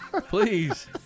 Please